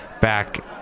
Back